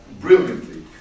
brilliantly